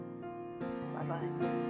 Bye-bye